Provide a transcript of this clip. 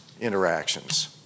interactions